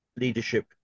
leadership